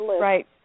right